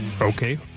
Okay